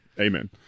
Amen